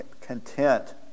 content